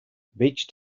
beach